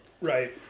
Right